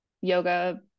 yoga